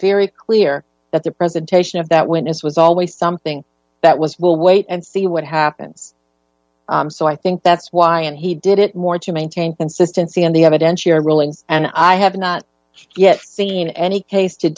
very clear that the presentation of that witness was always something that was we'll wait and see what happens so i think that's why and he did it more to maintain consistency on the evidence you are ruling and i have not yet seen any case to